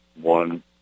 one